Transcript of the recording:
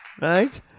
Right